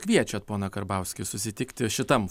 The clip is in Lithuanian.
kviečiat poną karbauskį susitikti šitam